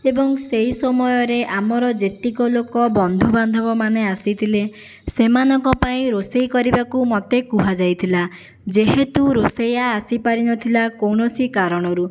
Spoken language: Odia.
ଏବଂ ସେହି ସମୟରେ ଆମର ଯେତିକ ଲୋକ ବନ୍ଧୁବାନ୍ଧବମାନେ ଆସିଥିଲେ ସେମାନଙ୍କ ପାଇଁ ରୋଷେଇ କରିବାକୁ ମୋତେ କୁହାଯାଇଥିଲା ଯେହେତୁ ରୋଷେଇଆ ଆସିପାରିନଥିଲା କୌଣସି କାରଣରୁ